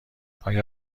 آیا